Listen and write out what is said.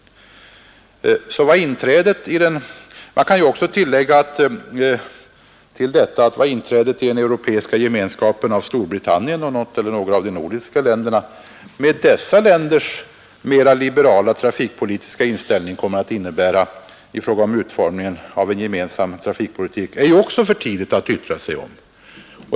Jag kan tillägga, att vad inträdet i den europeiska gemenskapen av Storbritannien och något eller några av de nordiska länderna med dessa länders mera liberala trafikpolitiska inställning kommer att innebära i fråga om utformningen av en gemensam trafikpolitik är det också för tidigt att yttra sig om.